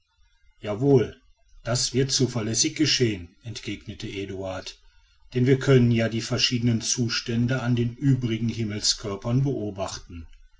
jawohl das wird zuverlässig geschehen entgegnete eduard denn wir können ja die verschiedenen zustände an den übrigen himmelskörpern beobachten